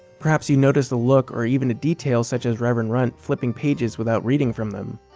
perhaps you noticed a look or even a detail such as reverend runt flipping pages without reading from them,